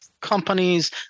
companies